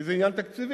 כי זה עניין תקציבי.